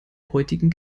heutigen